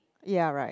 ya right